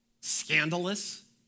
Scandalous